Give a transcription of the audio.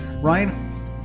Ryan